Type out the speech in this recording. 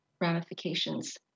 ramifications